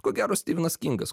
ko gero stivenas kingas